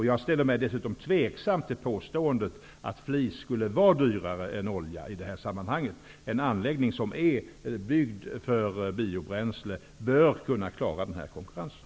Jag ställer mig dessutom tveksam till påståendet att flis skulle vara dyrare än olja i det här sammanhanget. En anläggning som är byggd för biobränsle bör kunna klara konkurrensen.